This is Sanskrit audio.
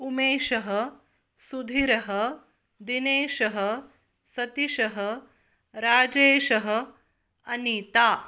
उमेशः सुधिरः दिनेशः सतीशः राजेशः अनीता